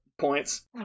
points